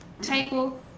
table